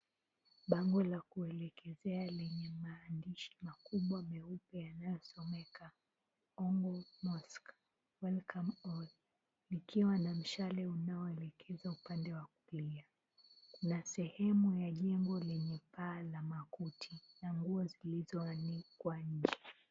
Bango la kulekezea lenye maandishi makubwa meupe yanayosomeka "ongo mosque welcome all" likiwa na mshale unaoelekeza upande wa kulia, na sehemu ya jengo lenye paa ya makuti na vitambaa vimeanikwa nje.